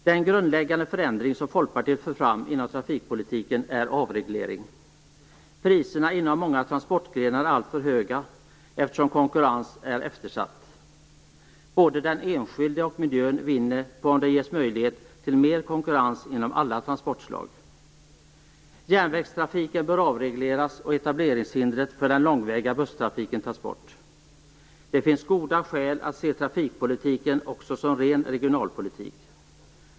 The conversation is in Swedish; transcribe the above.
Den grundläggande förändring som Folkpartiet för fram inom trafikpolitiken är avreglering. Priserna inom många transportgrenar är alltför höga, eftersom konkurrensen är eftersatt. Både den enskilde och miljön vinner på att det ges möjlighet till mer konkurrens inom alla transportslag. Järnvägstrafiken bör avregleras och etableringshindret för den långväga busstrafiken tas bort. Det finns goda skäl att också se trafikpolitiken som ren regionalpolitik.